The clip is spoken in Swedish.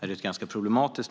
mål ganska problematiskt.